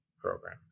Program